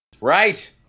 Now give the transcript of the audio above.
Right